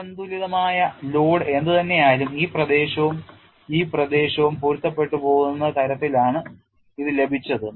അസന്തുലിതമായ ലോഡ് എന്തുതന്നെ ആയാലും ഈ പ്രദേശവും ഈ പ്രദേശവും പൊരുത്തപ്പെടുന്ന തരത്തിലാണ് ഇത് ലഭിച്ചത്